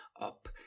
up